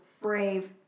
Brave